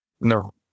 No